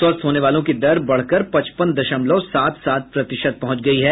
स्वस्थ होने वालों की दर बढ़कर पचपन दशमलव सात सात प्रतिशत पहुंच गई है